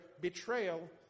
betrayal